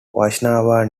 vaishnava